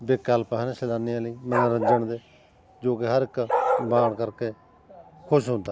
ਵਿਕਲਪ ਹਨ ਸੈਲਾਨੀਆਂ ਲਈ ਮੰਨੋਰੰਜਨ ਦੇ ਜੋ ਕਿ ਹਰ ਇੱਕ ਮਾਣ ਕਰਕੇ ਖੁਸ਼ ਹੁੰਦਾ